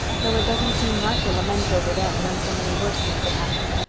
though it doesn't seem right to lament over them when so many worse things have happened.